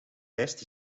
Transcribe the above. lijst